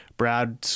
Brad